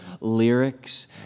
lyrics